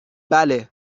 بله